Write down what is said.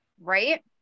Right